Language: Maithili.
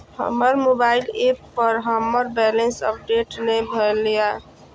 हमर मोबाइल ऐप पर हमर बैलेंस अपडेट ने भेल या